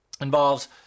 involves